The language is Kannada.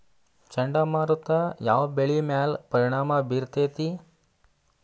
ಚಂಡಮಾರುತ ಯಾವ್ ಬೆಳಿ ಮ್ಯಾಲ್ ಪರಿಣಾಮ ಬಿರತೇತಿ?